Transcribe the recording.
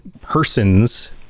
persons